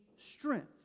strength